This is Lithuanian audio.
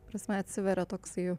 ta prasme atsiveria toksai